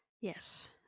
Yes